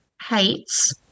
heights